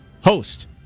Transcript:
host